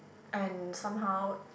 and somehow